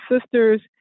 sisters